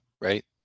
right